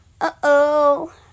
uh-oh